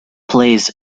plays